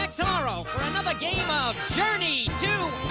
like tomorrow for another game of journey to